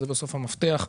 בסוף, זה המפתח.